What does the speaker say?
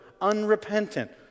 unrepentant